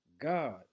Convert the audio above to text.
God